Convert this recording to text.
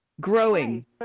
growing